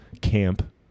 camp